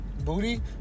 Booty